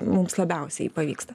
mums labiausiai pavyksta